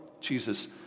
Jesus